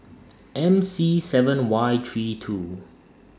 M C seven Y three two